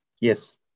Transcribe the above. Yes